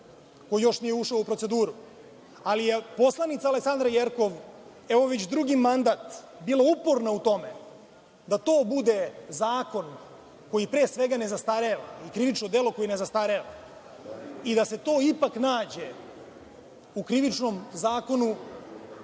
koji još nije ušao u proceduru. Poslanica Aleksandra Jerkov je evo već drugi mandat bila uporna u tome da to bude zakon koji, pre svega, ne zastareva i krivično delo koje ne zastareva i da se to ipak nađe u Krivičnom zakonu